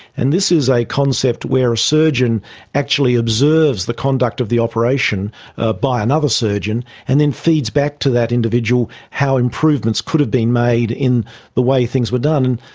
and this is a concept where a surgeon actually observes the conduct of the operation ah by another surgeon and then feeds back to that individual how improvements could have been made in the way things were done.